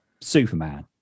Superman